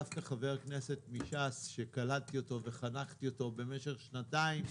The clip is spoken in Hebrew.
דווקא חבר כנסת מש"ס שקלטתי אותו וחנכתי אותו במשך שנתיים.